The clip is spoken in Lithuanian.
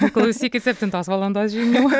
klausykis septintos valandos žinių